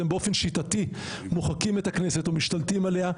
אתם באופן שיטתי מוחקים את הכנסת ומשתלטים עליה.